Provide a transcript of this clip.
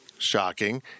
Shocking